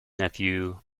nephew